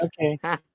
Okay